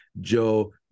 Joe